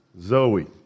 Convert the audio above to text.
Zoe